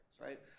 right